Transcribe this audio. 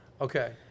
Okay